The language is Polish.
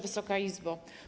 Wysoka Izbo!